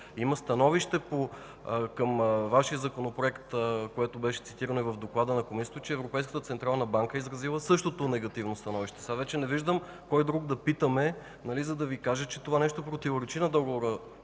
Има становище към Вашия Законопроект, което беше цитирано и в доклада на Комисията, че Европейската централна банка е изразила същото негативно становище. Вече не виждам кой друг да питаме, за да Ви каже, че това нещо противоречи на Договора